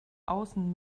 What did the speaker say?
außen